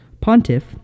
Pontiff